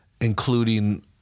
including